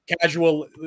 Casual